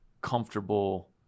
comfortable